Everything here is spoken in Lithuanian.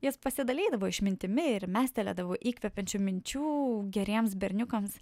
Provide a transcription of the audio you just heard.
jis pasidalydavo išmintimi ir mestelėdavo įkvepiančių minčių geriems berniukams